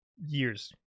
years